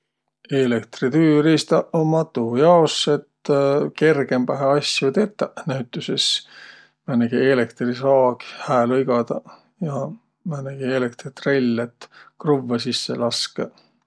Eelektritüüriistaq ummaq tuujaos, et kergembähe asjo tetäq. Näütüses määnegi eelktrisaag, hää lõigadaq ja määnegi eelktritrell, et kruvvõ sisse laskõq.